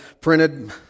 printed